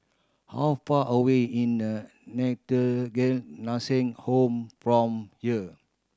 how far away in a Nursing Home from here